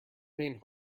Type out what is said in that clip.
faint